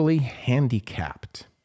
handicapped